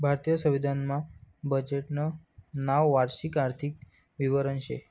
भारतीय संविधान मा बजेटनं नाव वार्षिक आर्थिक विवरण शे